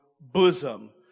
bosom